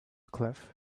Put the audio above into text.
cliff